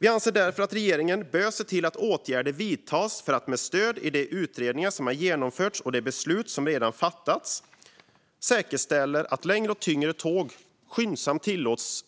Vi anser därför att regeringen bör se till att åtgärder vidtas för att med stöd i de utredningar som genomförts och de beslut som redan fattats säkerställa att längre och tyngre tåg skyndsamt tillåts